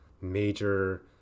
major